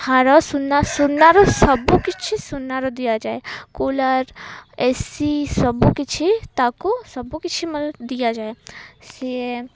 ହାର ସୁନା ସୁନାର ସବୁକିଛି ସୁନାର ଦିଆଯାଏ କୁଲର୍ ଏ ସି ସବୁକିଛି ତାକୁ ସବୁକିଛି ଦିଆଯାଏ ସିଏ